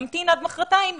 נמתין עד מוחרתיים,